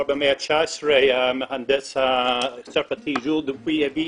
עוד במאה ה-19 היה מהנדס צרפתי שהביא